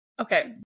okay